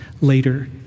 later